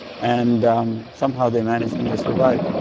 and somehow, they managed and they survive.